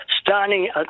standing